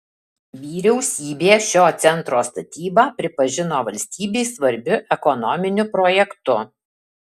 vyriausybė šio centro statybą pripažino valstybei svarbiu ekonominiu projektu